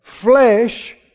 Flesh